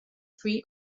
free